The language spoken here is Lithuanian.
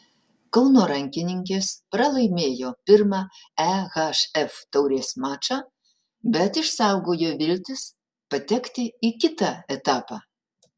kauno rankininkės pralaimėjo pirmą ehf taurės mačą bet išsaugojo viltis patekti į kitą etapą